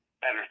better